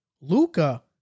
Luca